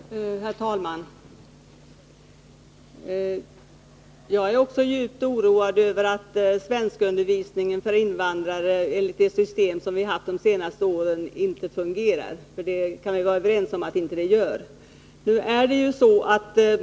Herr talman! Jag är också djupt oroad över att svenskundervisningen för invandrare enligt det system som vi haft de senaste åren inte fungerar — vi kan vara överens om att det inte gör det.